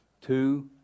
Two